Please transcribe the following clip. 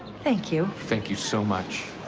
thank you. thank you so much.